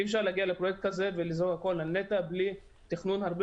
אי אפשר להגיע לפרויקט כזה ולזרוק הכול על נת"ע בלי תכנון הרבה